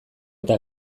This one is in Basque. eta